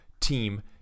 team